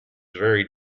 very